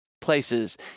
places